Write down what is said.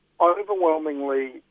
Overwhelmingly